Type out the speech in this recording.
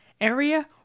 area